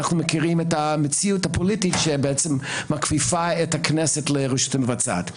אנחנו מכירים את המציאות הפוליטית שמכפיפה את הכנסת לרשות המבצעת.